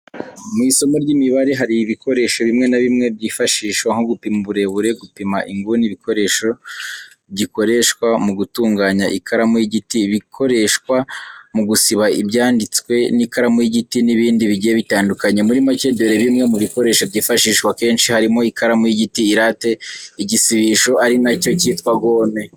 Mu isomo ry'imibare hari ibikoresho bimwe na bimwe byifashishwa nko gupima uburebure, gupima inguni, igikoresho gikoreshwa mu gutunganya ikaramu y'igiti, ibikoreshwa mu gusiba ibyanditswe n'ikaramu y'igiti n'ibindi bigiye bitandukanye. Muri make dore bimwe mu bikoresho byifashishwa kenshi, harimo ikaramu y'igiti, irate, igisibisho ari na cyo cyitwa gome.